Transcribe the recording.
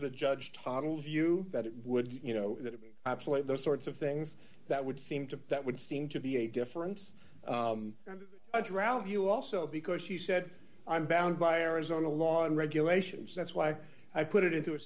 the judge toddles view that it would you know that it be absolute those sorts of things that would seem to that would seem to be a difference of drought you also because she said i'm bound by arizona law and regulations that's why i put it into a